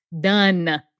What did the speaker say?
done